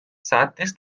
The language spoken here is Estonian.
saatis